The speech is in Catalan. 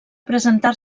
presentar